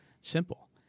simple